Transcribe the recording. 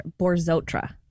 Borzotra